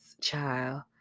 child